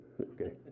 Okay